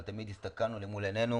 אבל תמיד הסתכלנו וראינו למול עינינו